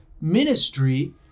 ministry